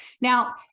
Now